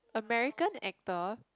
American actor